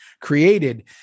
created